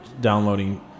downloading